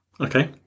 Okay